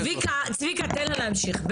צביקה, צביקה, תן לה להמשיך.